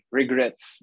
regrets